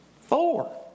Four